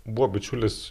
buvo bičiulis